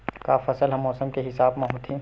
का फसल ह मौसम के हिसाब म होथे?